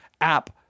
app